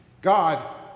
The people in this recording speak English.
God